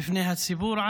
בפני הציבור,